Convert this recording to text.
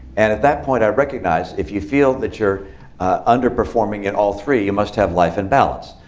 and at that point i recognized, if you feel that you're underperforming in all three, you must have life in balance.